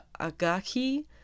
Agaki